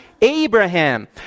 Abraham